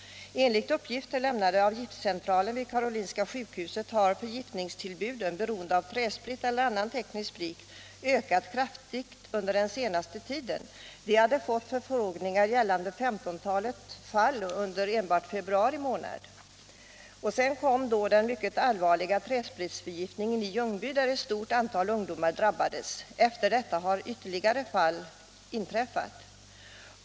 Enligt uppgifter lämnade av giftcentralen vid Karolinska sjukhuset har förgiftningstillbuden beroende av träsprit eller annan teknisk sprit ökat kraftigt under den senaste tiden. Man hade enbart under februari månad fått förfrågningar rörande femtontalet fall. Sedan kom den mycket allvarliga träspritsförgiftningen i Ljungby, där ett stort antal ungdomar drabbades. Efter detta har ytterligare fall inträffat.